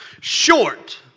short